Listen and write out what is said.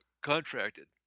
contracted